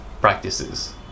practices